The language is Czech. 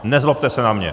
Nezlobte se na mě.